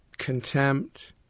contempt